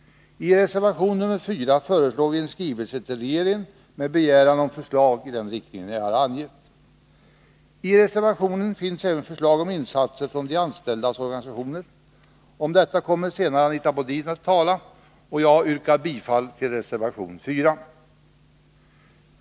I reservation 4 föreslår vi en skrivelse till regeringen med begäran om förslag i den riktning jag har angett. I reservationen finns även förslag om insatser från de anställdas organisationer. Om detta kommer senare Anita Modin att tala. Jag yrkar bifall till reservation 4.